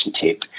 tape